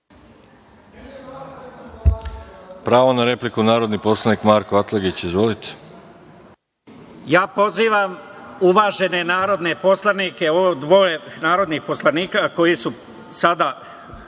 Pravo na repliku, narodni poslanik Marko Atlagić. Izvolite. **Marko Atlagić** Pozivam uvažene narodne poslanike, ovo dvoje narodnih poslanika koji su sada